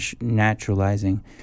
naturalizing